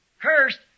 Cursed